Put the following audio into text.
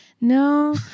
No